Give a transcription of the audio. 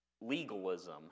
legalism